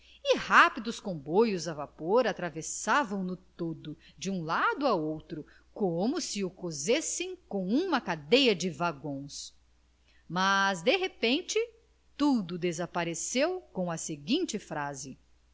rápidos comboios a vapor atravessam no todo de um lado a outro como se o cosessem com uma cadeia de vagões mas de repente tudo desapareceu com a seguinte frase